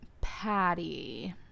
patty